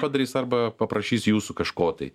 padarys arba paprašys jūsų kažko tai